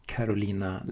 Carolina